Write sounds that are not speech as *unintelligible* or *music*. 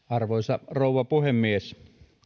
*unintelligible* arvoisa rouva puhemies